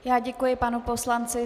Já děkuji panu poslanci.